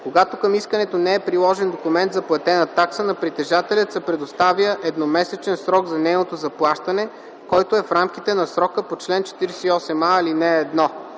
Когато към искането не е приложен документ за платена такса, на притежателя се предоставя едномесечен срок за нейното заплащане, който е в рамките на срока по чл. 48а, ал. 1.